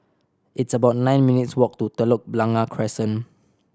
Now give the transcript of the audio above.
it's about nine minutes' walk to Telok Blangah Crescent